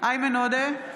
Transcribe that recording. איימן עודה,